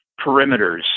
perimeters